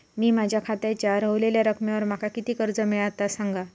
मी माझ्या खात्याच्या ऱ्हवलेल्या रकमेवर माका किती कर्ज मिळात ता सांगा?